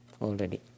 already